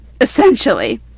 essentially